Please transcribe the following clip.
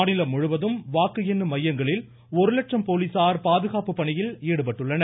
மாநிலம் முழுவதும் வாக்கு எண்ணும் மையங்களில் ஒருலட்சம் போலீசார் பாதுகாப்பு பணியில் ஈடுபட்டுள்ளனர்